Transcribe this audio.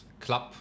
club